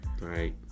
Right